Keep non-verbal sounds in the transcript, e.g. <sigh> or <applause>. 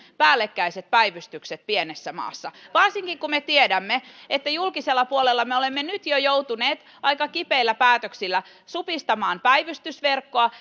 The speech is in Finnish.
päällekkäiset päivystykset pienessä maassa varsinkin kun me tiedämme että julkisella puolella me olemme jo nyt joutuneet aika kipeillä päätöksillä supistamaan päivystysverkkoa <unintelligible>